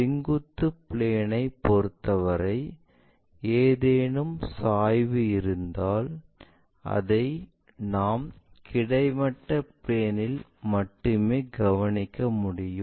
செங்குத்து பிளேன் ஐ பொறுத்தவரை ஏதேனும் சாய்வு இருந்தால் அதை நாம் கிடைமட்ட பிளேன் இல் மட்டுமே கவனிக்க முடியும்